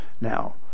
now